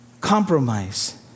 Compromise